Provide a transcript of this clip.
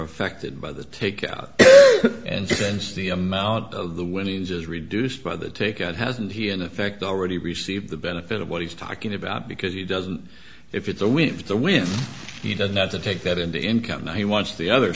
affected by the take out and since the amount of the winnings is reduced by the ticket hasn't he in effect already received the benefit of what he's talking about because he doesn't if it's a weave the when he doesn't have to take that into income then he wants the other